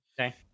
Okay